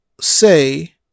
say